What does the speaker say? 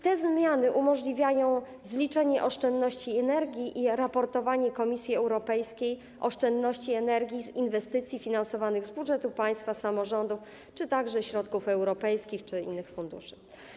Te zmiany umożliwiają zliczenie oszczędności energii i raportowanie Komisji Europejskiej oszczędności energii z inwestycji finansowanych z budżetu państwa, z samorządów czy także środków europejskich oraz innych funduszy.